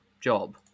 job